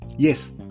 Yes